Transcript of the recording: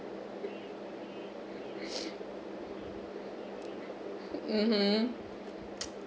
mmhmm